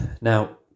Now